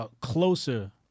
closer